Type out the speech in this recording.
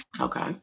Okay